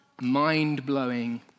mind-blowing